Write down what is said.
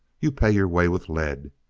you pay your way with lead.